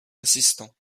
assistant